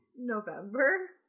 November